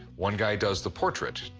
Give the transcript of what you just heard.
one guy does the portrait,